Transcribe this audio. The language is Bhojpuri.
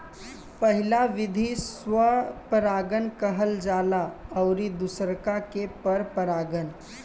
पहिला विधि स्व परागण कहल जाला अउरी दुसरका के पर परागण